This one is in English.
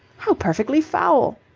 how perfectly foul!